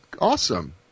Awesome